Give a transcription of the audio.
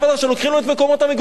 שלוקחים להם את מקומות המגורים.